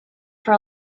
for